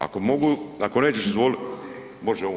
Ako mogu, ako nećeš, izvoli, može on.